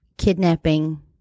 Kidnapping